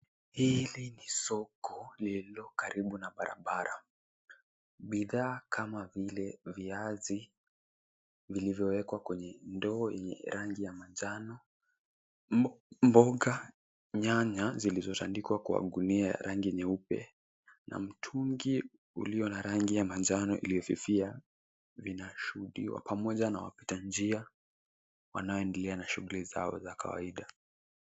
Hili ni soko lililo karibu na barabara. Bidhaa kama vile viazi, vilivyowekwa kwenye ndoo ya rangi ya manjano. Mboga, nyanya zilizotandikwa kwa gunia nyeupe na mitungi ulio na rangi ya manjano iliyofifia vinashuhudiwa pamoja na wapita njia wanaoendelea na shughuli zao za kawaida.